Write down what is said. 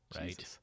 right